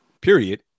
period